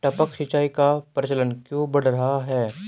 टपक सिंचाई का प्रचलन क्यों बढ़ रहा है?